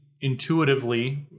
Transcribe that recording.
intuitively